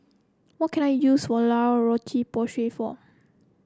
what can I use La Roche Porsay for